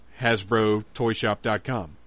HasbroToyShop.com